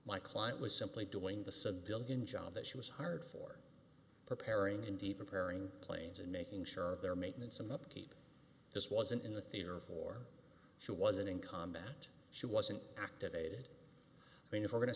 my client was simply doing the civilian job that she was hired for preparing indeed preparing planes and making sure their maintenance and upkeep this wasn't in the theater of war she wasn't in combat she wasn't activated i mean if we're going to